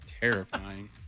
terrifying